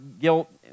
guilt